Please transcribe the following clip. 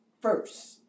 first